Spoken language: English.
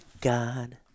God